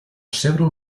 several